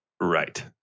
Right